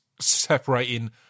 separating